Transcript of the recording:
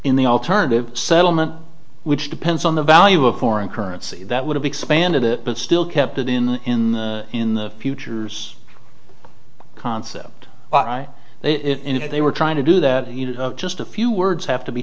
in the alternative settlement which depends on the value of foreign currency that would have expanded it but still kept it in in the in the futures concept but i it they were trying to do that just a few words have to be